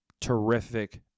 terrific